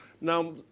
Now